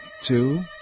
two